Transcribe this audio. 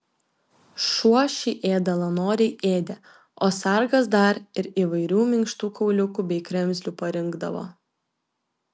šuo šį ėdalą noriai ėdė o sargas dar ir įvairių minkštų kauliukų bei kremzlių parinkdavo